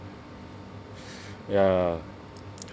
ya